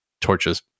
torches